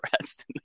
rest